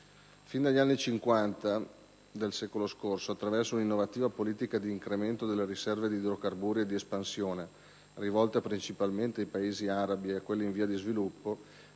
Fin dagli anni '50 del secolo scorso, attraverso un'innovativa politica di incremento delle riserve di idrocarburi e di espansione, rivolta principalmente ai Paesi arabi e a quelli in via di sviluppo,